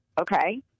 okay